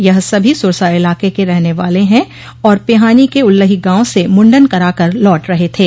यह सभी सुरसा इलाके के रहने वाले हैं और पिहानी के उल्लही गांव से मुंडन करा कर लौट रहे थे